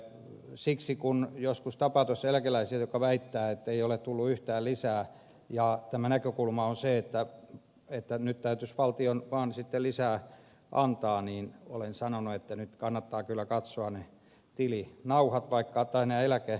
siksi kun joskus on tavannut tuossa eläkeläisiä jotka ovat väittäneet ettei ole tullut yhtään lisää ja tämä näkökulma on ollut se että nyt täytyisi valtion vaan lisää antaa niin olen sanonut että nyt kannattaa kyllä katsoa ne eläkenauhat